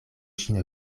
ŝin